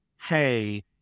hey